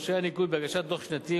את דורשי הניכוי בהגשת דוח שנתי,